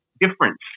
difference